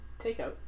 Takeout